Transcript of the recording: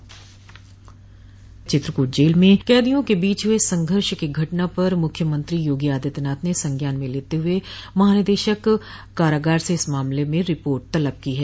चित्रकूट जेल में कैदियों के बीच हुए संघर्ष की घटना पर मुख्यमंत्री योगी आदित्यनाथ ने संज्ञान में लेते हुए महानिदेशक कारागार से इस मामले में रिपोर्ट तलब की है